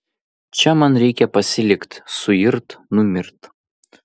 čia man reikia pasilikt suirt numirt